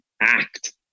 act